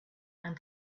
and